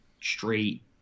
straight